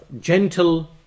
gentle